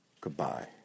Goodbye